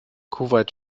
kuwait